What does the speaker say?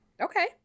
Okay